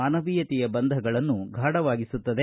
ಮಾನವೀಯತೆಯ ಬಂಧಗಳನ್ನು ಗಾಢವಾಗಿಸುತ್ತದೆ